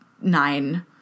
nine